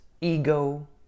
ego